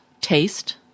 taste